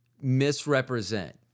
misrepresent